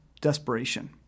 desperation